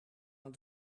aan